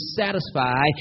satisfy